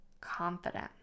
confident